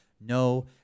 No